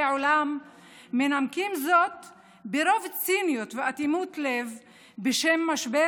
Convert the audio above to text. עולם מנמקים זאת ברוב ציניות ואטימות לב בשם משבר